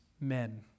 men